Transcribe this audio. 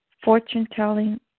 fortune-telling